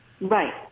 Right